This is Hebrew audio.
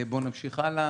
בואו נמשיך הלאה